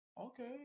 okay